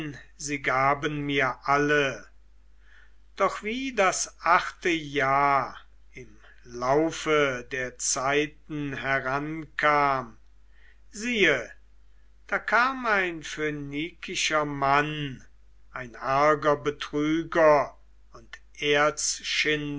sie gaben mir alle doch wie das achte jahr im laufe der zeiten herankam siehe da kam ein phönikischer mann ein arger betrüger und